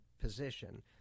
position